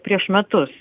prieš metus